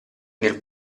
nel